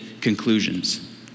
conclusions